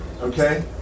okay